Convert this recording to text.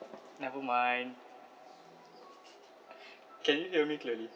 never mind can you hear me clearly